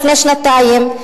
לפני שנתיים,